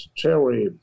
cherry